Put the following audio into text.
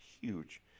huge